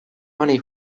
money